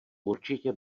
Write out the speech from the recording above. určitě